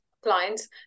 clients